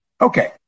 Okay